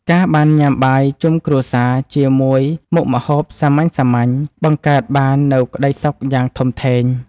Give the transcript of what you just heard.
ការបានញ៉ាំបាយជុំគ្រួសារជាមួយមុខម្ហូបសាមញ្ញៗ បង្កើតបាននូវក្តីសុខយ៉ាងធំធេង។